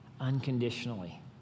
unconditionally